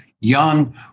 young